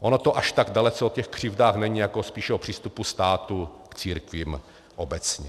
Ono to až tak dalece o těch křivdách není, jako spíše o přístupu státu k církvím obecně.